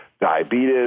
Diabetes